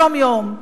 יום-יום.